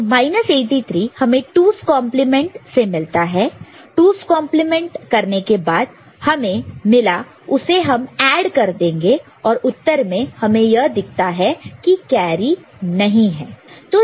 तो 83 हमें 2's complement 2's complement से मिल सकता है 2's कंप्लीमेंट 2's complement करने के बाद जो हमें मिला उसे हम ऐड कर देंगे और उत्तर में हमें यह दिखता है कि कैरी नहीं है